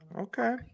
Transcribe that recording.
Okay